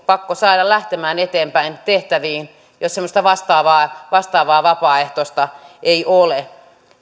pakko saada lähtemään eteenpäin tehtäviin jos semmoista vastaavaa vastaavaa vapaaehtoista ei ole